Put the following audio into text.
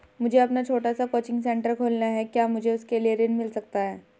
मुझे अपना छोटा सा कोचिंग सेंटर खोलना है क्या मुझे उसके लिए ऋण मिल सकता है?